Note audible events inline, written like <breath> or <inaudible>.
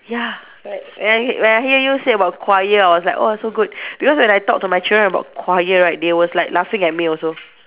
ya right when I hear when I hear you say about choir I was like oh so good <breath> because when I talk to my children about choir right they was like laughing at me also <noise>